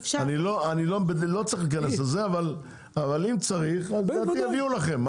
לא צריך להיכנס לזה אבל אם צריך, אז יביאו לכם.